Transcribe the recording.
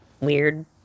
Weird